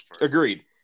agreed